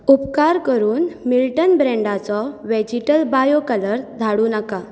उपकार करून मिल्टन ब्रॅन्डाचो व्हॅजीटल बायो कलर धाडूं नाका